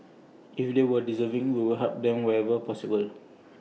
if they are deserving we will help them wherever possible